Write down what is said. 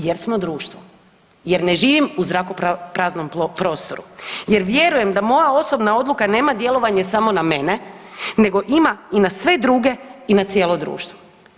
Jer smo društvo, jer ne živim u zrakopraznom prostoru, jer vjerujem da moja osobna odluka nema djelovanje samo na mene nego ima i na sve druge i na cijelo društvo.